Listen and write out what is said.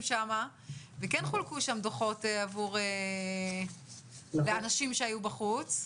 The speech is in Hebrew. שם וכן חולקו שם דוחות לאנשים שהיו בחוץ,